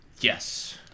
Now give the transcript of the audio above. Yes